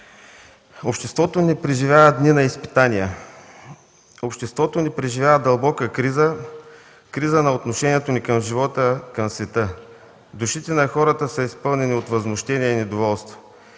Обществото ни преживява дни на изпитания. Обществото ни преживява дълбока криза – криза на отношението ни към живота, към света. Душите на хората са изпълнени от възмущение и недоволство.